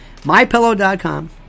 MyPillow.com